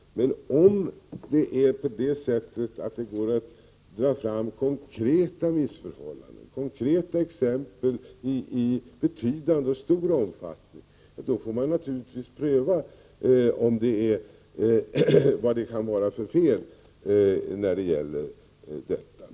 Men om det går att ta fram konkreta exempel på missförhållanden i betydande omfattning, då får man naturligtvis pröva vad det är för fel.